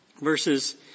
verses